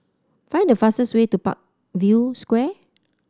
find the fastest way to Parkview Square